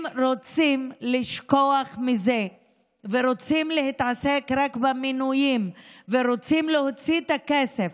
אם רוצים לשכוח מזה ורוצים להתעסק רק במינויים ורוצים להוציא את הכסף,